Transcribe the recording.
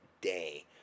day